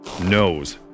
knows